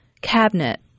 cabinet